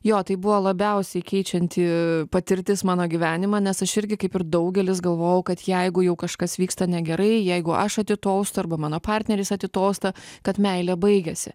jo tai buvo labiausiai keičianti patirtis mano gyvenimą nes aš irgi kaip ir daugelis galvojau kad jeigu jau kažkas vyksta negerai jeigu aš atitolstu arba mano partneris atitolsta kad meilė baigiasi